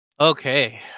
Okay